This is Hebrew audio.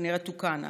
כנראה תוקן אז.